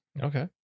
Okay